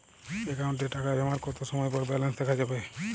অ্যাকাউন্টে টাকা জমার কতো সময় পর ব্যালেন্স দেখা যাবে?